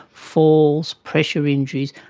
falls, pressure injuries,